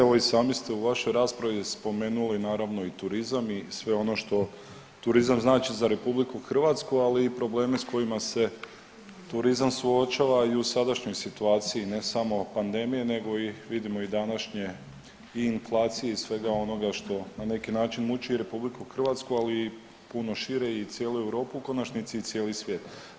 Evo i sami ste u vašoj raspravi spomenuli naravno i turizam i sve ono što turizam znači za RH, ali i problemi s kojima se turizam suočava i u sadašnjoj situaciji ne samo pandemije nego vidimo i današnje i inflacije i svega onoga što na neki način muči i RH, ali i puno šire i cijelu Europu u konačnici i cijeli svijet.